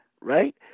right